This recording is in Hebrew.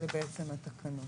אלה בעצם התקנות.